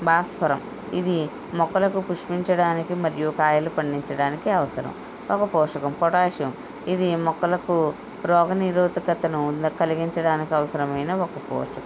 భాస్వరం ఇది మొక్కలకు పుష్పించడానికి మరియు కాయలు పండించడానికి అవసరం ఒక పోషకం పొటాషియం ఇది మొక్కలకు రోగనిరోధకతను కలిగించడానికి అవసరమైన ఒక పోషకం